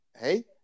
hey